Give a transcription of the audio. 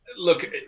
Look